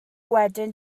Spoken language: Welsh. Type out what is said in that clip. wedyn